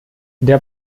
der